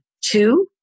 Two